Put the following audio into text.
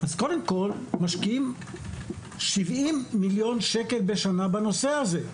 קודם כול, משקיעים 70 מיליון שקל בשנה בנושא הזה.